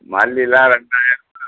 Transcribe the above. மல்லிலாம் ரெண்டாயர்ரூவா